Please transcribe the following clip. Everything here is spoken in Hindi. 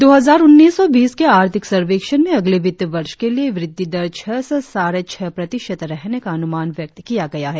दो हजार उन्नीस बीस के आर्थिक सर्वेक्षण में अगले वित्त वर्ष के लिए वृद्धि दर छह से साढ़े छह प्रतिशत रहने का अनुमान व्यक्त किया गया है